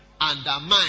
undermine